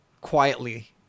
quietly